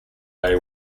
bay